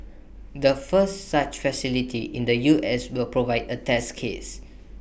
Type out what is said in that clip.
the first such facility in the U S will provide A test case